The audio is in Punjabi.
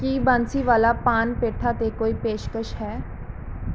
ਕੀ ਬਾਂਸੀਵਾਲਾ ਪਾਨ ਪੇਠਾ 'ਤੇ ਕੋਈ ਪੇਸ਼ਕਸ਼ ਹੈ